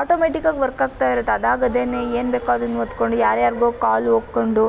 ಆಟೋಮ್ಯಾಟಿಕಾಗಿ ವರ್ಕಾಗ್ತಾ ಇರುತ್ತೆ ಅದಾಗದೇ ಏನು ಬೇಕೋ ಅದನ್ನು ಒತ್ಕೊಂಡು ಯಾರ್ಯಾರಿಗೊ ಕಾಲ್ ಹೊಕ್ಕೊಂಡು